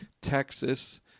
Texas